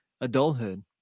adulthood